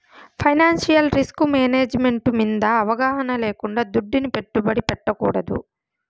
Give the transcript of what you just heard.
financial risk management మింద అవగాహన లేకుండా దుడ్డుని పెట్టుబడి పెట్టకూడదు